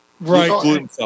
Right